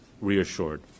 reassured